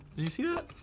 you see that?